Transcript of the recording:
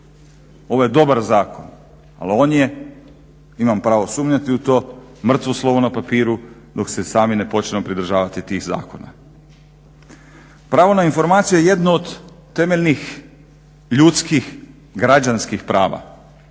Ovo je dobar zakon, ali on je imam pravo sumnjati u to, mrtvo slovo na papiru dok se sami ne počnemo pridržavati tih zakona. Pravo na informacije je jedno od temeljnih, ljudskih, građanskih prava.